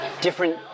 different